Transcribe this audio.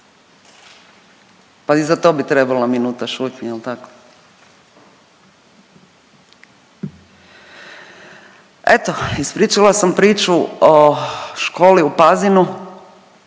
Pa i za to bi trebala minuta šutnje, jel tako? Eto, ispričala sam priču o školi u Pazinu